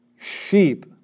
sheep